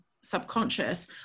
subconscious